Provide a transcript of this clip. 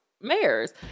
mayors